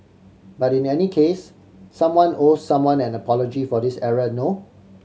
but in any case someone owe someone an apology for this error no